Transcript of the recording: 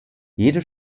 jedes